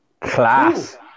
class